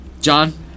John